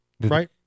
right